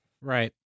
Right